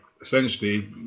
essentially